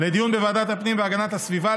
לדיון בוועדת הפנים והגנת הסביבה,